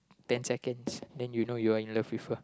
ten seconds then you know you are in love with her